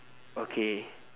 okay